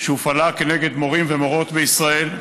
שהופעלה כנגד מורים ומורות בישראל,